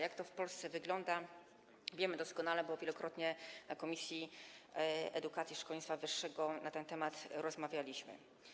Jak to w Polsce wygląda, wiemy doskonale, bo wielokrotnie w komisji edukacji i szkolnictwa wyższego na ten temat rozmawialiśmy.